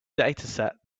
dataset